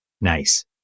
Nice